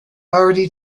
already